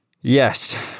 yes